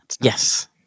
yes